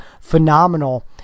phenomenal